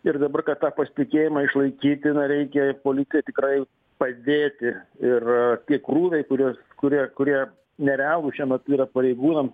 ir dabar kad tą pasitikėjimą išlaikyti na reikia ir policijai tikrai padėti ir tie krūviai kuriuos kurie kurie nerealūs šiuo metu yra pareigūnam